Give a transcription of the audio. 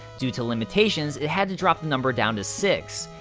due to limitations, it had to drop the number down to six.